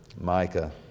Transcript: Micah